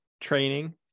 training